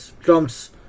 Trump's